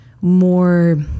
more